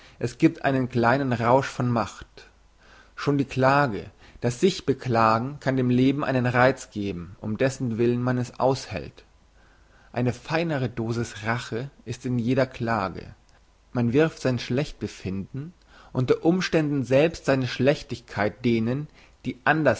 es giebt einen kleinen rausch von macht schon die klage das sich beklagen kann dem leben einen reiz geben um dessentwillen man es aushält eine feinere dosis rache ist in jeder klage man wirft sein schlechtbefinden unter umständen selbst seine schlechtigkeit denen die